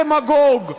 מי יותר דמגוג,